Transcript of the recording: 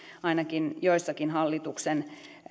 ainakin joissakin hallituksen